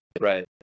Right